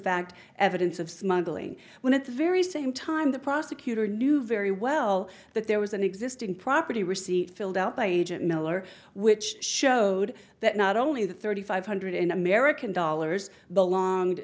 fact evidence of smuggling when at the very same time the prosecutor knew very well that there was an existing property receipt filled out by agent miller which showed that not only the thirty five hundred american dollars belonged